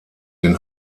den